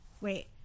Wait